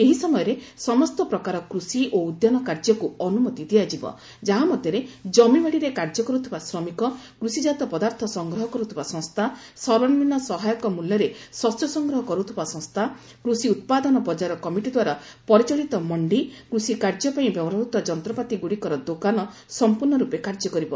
ଏହି ସମୟରେ ସମସ୍ତ ପ୍ରକାର କୂଷି ଓ ଉଦ୍ୟାନ କାର୍ଯ୍ୟକୁ ଅନୁମତି ଦିଆଯିବ ଯାହା ମଧ୍ୟରେ କମିବାଡ଼ିରେ କାର୍ଯ୍ୟ କରୁଥିବା ଶ୍ରମିକ କୃଷିଜାତ ପଦାର୍ଥ ସଂଗ୍ରହ କରୁଥିବା ସଂସ୍ଥା ସର୍ବନିମ୍ନ ସହାୟକ ମୂଲ୍ୟରେ ଶସ୍ୟ ସଂଗ୍ରହ କରୁଥିବା ସଂସ୍ଥା କୃଷି ଉତ୍ପାଦନ ବଜାର କମିଟିଦ୍ୱାରା ପରିଚାଳିତ ମଣ୍ଡି କୃଷିକାର୍ଯ୍ୟ ପାଇଁ ବ୍ୟବହୃତ ଯନ୍ତ୍ରପାତିଗୁଡିକର ଦୋକାନ ସମ୍ପୂର୍ଣ୍ଣ ରୂପେ କାର୍ଯ୍ୟ କରିବ